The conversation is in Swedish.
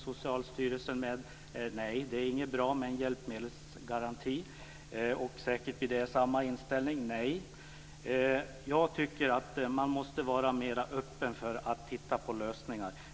Socialstyrelsen säger att en hjälpmedelsgaranti inte är bra. Det blir säkert samma inställning från majoriteten, nämligen ett nej. Jag tycker att man måste vara mer öppen för att se på olika lösningar.